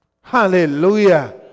Hallelujah